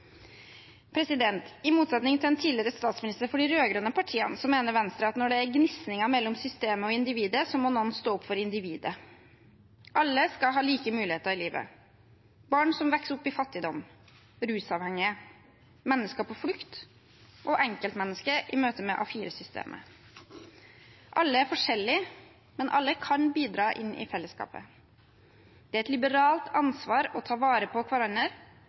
I motsetning til en tidligere statsminister for de rød-grønne partiene mener Venstre at når det er gnisninger mellom systemet og individet, må noen stå opp for individet. Alle skal ha like muligheter i livet: barn som vokser opp i fattigdom, rusavhengige, mennesker på flukt og enkeltmennesket i møte med A4-systemet. Alle er forskjellige, men alle kan bidra inn i fellesskapet. Det er et liberalt ansvar å ta vare på hverandre,